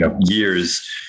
years